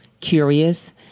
curious